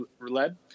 led